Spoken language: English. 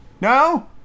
No